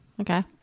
okay